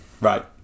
Right